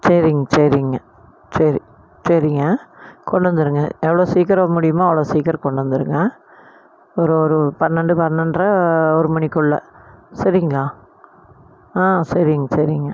சரிங்க சரிங்க சரி சரிங்க கொண்டு வந்துடுங்க எவ்வளோ சீக்கிரம் முடியுமோ அவ்வளோ சீக்கிரம் கொண்டு வந்துடுங்க ஒரு ஒரு பன்னெரெண்டு பன்னெண்ட்ரை ஒரு மணிக்குள்ளே சரிங்களா சரிங்க சரிங்க